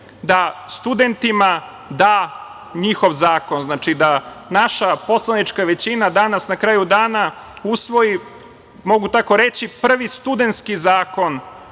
da studentima da njihov zakon, da naša poslanička većina danas na kraju dana, usvoji mogu tako reći , prvi studentski zakon